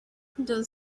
does